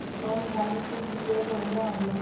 कौन धान के बिया बढ़ियां होला?